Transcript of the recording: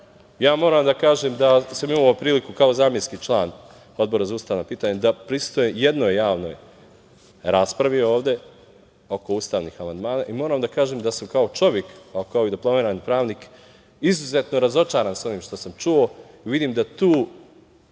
Srbiji. Moram da kažem da sam imao priliku kao zamenski član Odbora za ustavna pitanja da prisustvujem jednoj javnoj raspravi ovde oko ustavnih amandmana i moram da kažem da sam kao čovek, a i kao diplomirani pravnik, izuzetno razočaran onim što sam čuo. Vidim da tu,